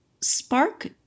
spark